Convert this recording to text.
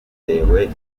bitewe